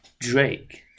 Drake